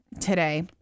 today